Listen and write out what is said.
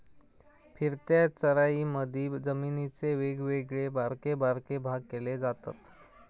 फिरत्या चराईमधी जमिनीचे वेगवेगळे बारके बारके भाग केले जातत